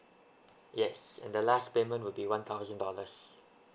yes the last payment will be one thousand dollars